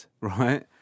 right